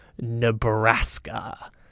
Nebraska